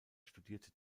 studierte